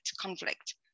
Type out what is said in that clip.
conflict